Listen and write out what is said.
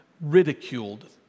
ridiculed